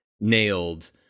nailed